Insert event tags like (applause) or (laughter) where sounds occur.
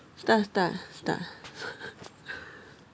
start start start (laughs)